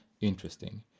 interesting